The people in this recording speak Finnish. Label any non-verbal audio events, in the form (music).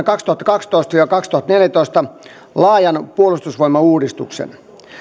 (unintelligible) kaksituhattakaksitoista viiva kaksituhattaneljätoista laajan puolustusvoimauudistuksen